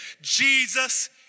Jesus